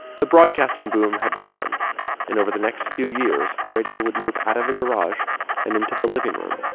the broadcasting boom had begun and over the next few years, radio would move out of the garage and into the living room